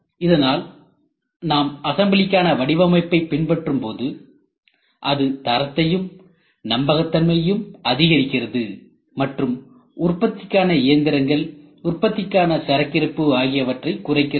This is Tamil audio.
அதனால் நாம் அசம்பிளிக்கான வடிவமைப்பை பின்பற்றும்போது அது தரத்தையும் நம்பகத்தன்மையையும் அதிகரிக்கிறது மற்றும் உற்பத்திக்கான இயந்திரங்கள் உற்பத்திக்கான சரக்கிருப்பு ஆகியவற்றை குறைக்கிறது